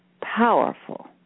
powerful